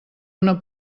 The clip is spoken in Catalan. una